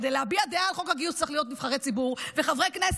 כדי להביע דעה על חוק הגיוס צריך להיות נבחרי ציבור וחברי כנסת,